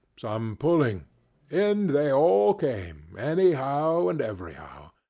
some pulling in they all came, anyhow and everyhow.